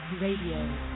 Radio